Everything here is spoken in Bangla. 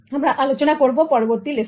আমরা আলোচনা করব পরবর্তী লেসনে